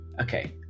Okay